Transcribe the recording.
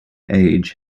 age